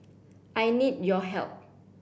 I need your help